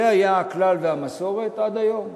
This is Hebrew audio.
זה היה הכלל והמסורת עד היום.